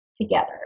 together